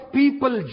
people